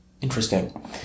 interesting